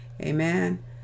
Amen